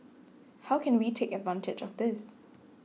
how can we take advantage of this